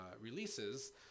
releases